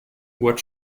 what